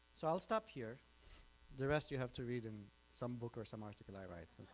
so i'll stop here the rest you have to read in some book or some article i write.